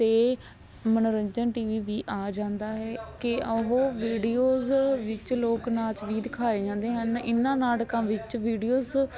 ਅਤੇ ਮਨੋਰੰਜਨ TV ਵੀ ਆ ਜਾਂਦਾ ਹੈ ਕਿ ਉਹ ਵੀਡੀਓਜ਼ ਵਿੱਚ ਲੋਕ ਨਾਚ ਵੀ ਦਿਖਾਏ ਜਾਂਦੇ ਹਨ ਇਹਨਾਂ ਨਾਟਕਾਂ ਵਿੱਚ ਵੀਡੀਓਜ਼